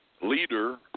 leader